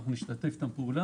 ואנחנו נשתף איתם פעולה.